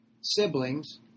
siblings